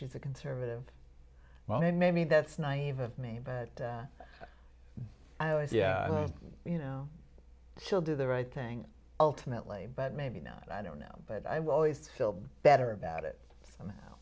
she's a conservative well then maybe that's naive of me but i was yeah you know she'll do the right thing ultimately but maybe not i don't know but i will always feel better about it